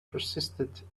persisted